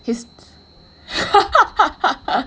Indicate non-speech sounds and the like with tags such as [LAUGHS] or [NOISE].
his [LAUGHS]